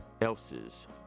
else's